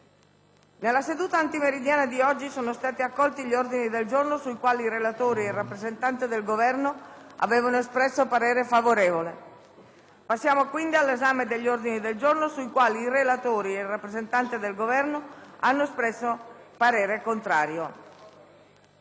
nella seduta antimeridiana sono stati accolti gli ordini del giorno su cui i relatori ed il rappresentante del Governo avevano espresso parere favorevole. Passiamo quindi all'esame degli ordini del giorno, su cui i relatori ed il rappresentante del Governo hanno espresso parere contrario.